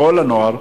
לכל הנוער,